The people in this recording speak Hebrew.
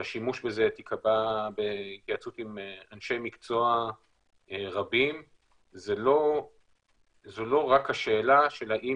בטיחות החיסון היא מרכיב מהותי בשאלה האם